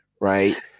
right